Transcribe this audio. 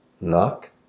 Knock